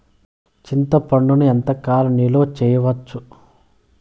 చింతపండును ఎంత కాలం నిలువ చేయవచ్చు?